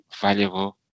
valuable